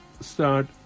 start